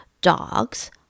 dogs